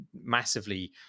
massively